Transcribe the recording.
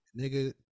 Nigga